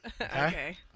Okay